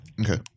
okay